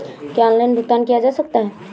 क्या ऑनलाइन भुगतान किया जा सकता है?